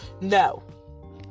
no